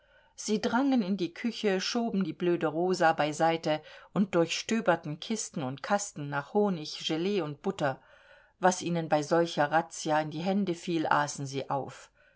sie drangen in die küche schoben die blöde rosa beiseite und durchstöberten kisten und kasten nach honig gelee und butter was ihnen bei solcher razzia in die hände fiel aßen sie auf